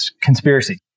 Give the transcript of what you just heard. conspiracy